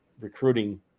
recruiting